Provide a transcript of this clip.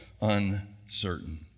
Uncertain